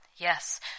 Yes